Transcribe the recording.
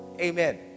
Amen